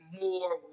more